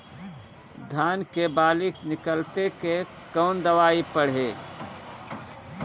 धान के बाली निकलते के कवन दवाई पढ़े?